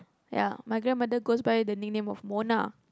ya my grandma goes by the nick name of Mona